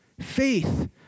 faith